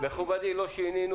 מכובדי, לא שינינו.